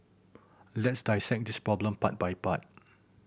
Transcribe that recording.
let's dissect this problem part by part